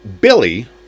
Billy